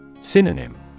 Synonym